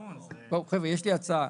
חבר'ה, יש לי הצעה.